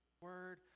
Word